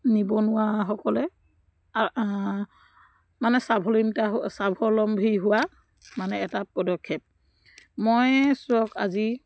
নিবনুৱাসকলে মানে স্বাৱলম্বিতা স্বাৱলম্বী হোৱা মানে এটা পদক্ষেপ মই চাওক আজি